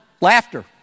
laughter